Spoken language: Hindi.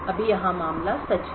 अभी यहां मामला सच है